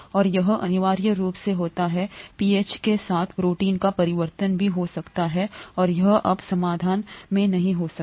और यह अनिवार्य रूप से होता है पीएच के साथ प्रोटीन का परिवर्तन भी हो सकता है और यह अब समाधान में नहीं हो सकता